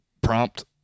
prompt